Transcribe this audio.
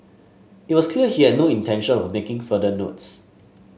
it was clear he had no intention of making further notes